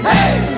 Hey